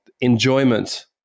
enjoyment